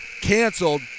canceled